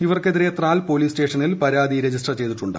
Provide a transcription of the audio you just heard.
ഇവർക്കെതിരെ ത്രാൽ പോലീസ് സ്റ്റേഷനിൽ പരാതി രജിസ്റ്റർ ചെയ്തിട്ടുണ്ട്